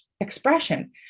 expression